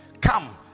come